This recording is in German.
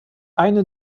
eine